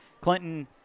Clinton